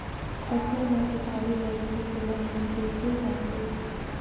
फसल मा कीटाणु लगही तेला हमन कइसे जानबो?